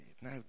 now